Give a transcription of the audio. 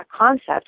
concept